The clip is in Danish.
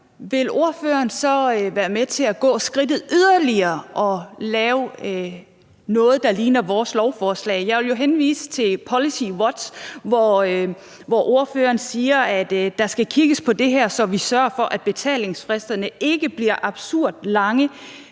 vil ordføreren så være med til at gå skridtet videre og lave noget, der ligner vores beslutningsforslag? Jeg vil jo henvise til PolicyWatch, hvor ordføreren siger, at der skal kigges på det her, så vi sørger for, at betalingsfristerne ikke bliver absurd lange,